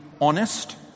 honest